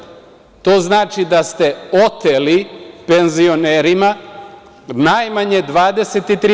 To znači da ste oteli penzionerima najmanje 23%